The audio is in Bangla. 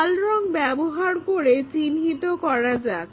লাল রং ব্যবহার করে চিহ্নিত করা যাক